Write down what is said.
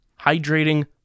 hydrating